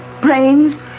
Brains